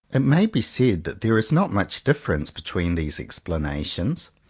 it may be said that there is not much difference between these explanations.